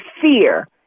fear